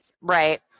Right